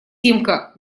симка